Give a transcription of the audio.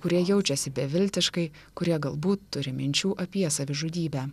kurie jaučiasi beviltiškai kurie galbūt turi minčių apie savižudybę